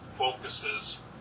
Focuses